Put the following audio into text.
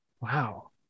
Wow